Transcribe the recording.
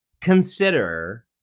consider